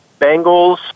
Bengals